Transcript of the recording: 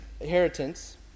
inheritance